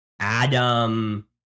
Adam